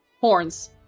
Horns